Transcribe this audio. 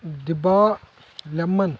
ڈِبہ lemon